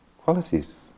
qualities